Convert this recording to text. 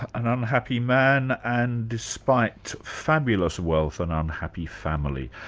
an unhappy man, and despite fabulous wealth, an unhappy family.